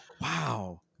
Wow